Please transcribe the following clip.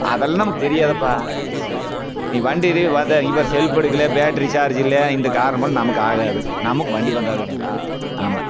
அதெல்லாம் நமக்கு தெரியாதப்பா நீ வண்டியிலே பார்த்தா இங்கே பார் செல்ப் எடுக்கலை பேட்டரி சார்ஜ் இல்லை இந்த காரணமெல்லாம் நமக்கு ஆகாது நமக்கு வண்டி வந்தாகணும் இங்கே ஆமாம்